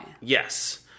Yes